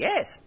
Yes